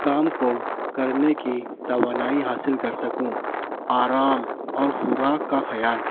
کام کو کرنے کی توانائی حاصل کر سکوں آرام اور خوراک کا خیال